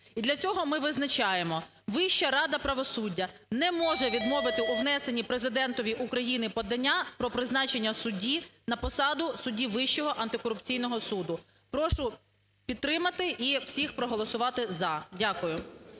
І для цього ми визначаємо: Вища рада правосуддя не може відмовити у внесенні Президентові України подання про призначення судді на посаду судді Вищого антикорупційного суду. Прошу підтримати і всіх проголосувати "за". Дякую.